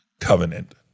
covenant